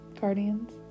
guardians